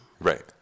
Right